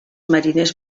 mariners